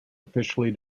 officially